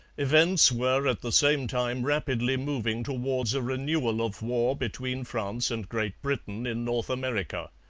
events were at the same time rapidly moving towards a renewal of war between france and great britain in north america.